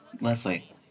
Leslie